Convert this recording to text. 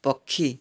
ପକ୍ଷୀ